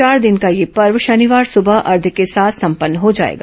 चार दिन का यह पर्व शनिवार सुबह अर्घ्य के साथ संपन्न हो जाएगा